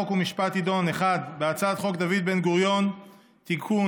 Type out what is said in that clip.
חוק ומשפט תדון בהצעת חוק דוד בן-גוריון (תיקון,